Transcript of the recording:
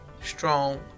strong